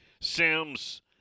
Sims